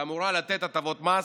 שאמורה לתת הטבות מס